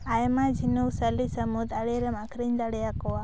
ᱟᱭᱢᱟ ᱡᱷᱤᱱᱩᱠ ᱥᱟᱹᱞᱤ ᱥᱟᱹᱢᱩᱫ ᱟᱬᱮ ᱨᱮᱢ ᱟᱹᱠᱷᱨᱤᱧ ᱫᱟᱲᱮᱭᱟᱠᱚᱣᱟ